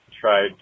tried